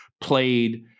played